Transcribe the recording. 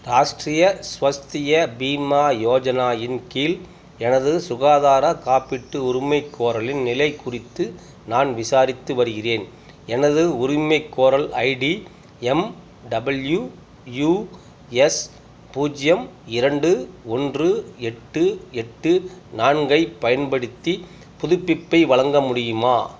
ராஷ்ட்ரிய ஸ்வஸ்திய பீமா யோஜனாவின் கீழ் எனது சுகாதார காப்பீட்டு உரிமைகோரலின் நிலை குறித்து நான் விசாரித்து வருகிறேன் எனது உரிமைகோரல் ID M W U S பூஜ்ஜியம் இரண்டு ஒன்று எட்டு எட்டு நான்கை பயன்படுத்தி புதுப்பிப்பை வழங்க முடியுமா